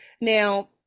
now